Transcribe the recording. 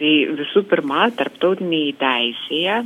tai visų pirma tarptautinėj teisėje